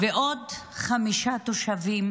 ועוד חמישה תושבים